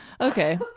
Okay